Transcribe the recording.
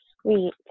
Sweet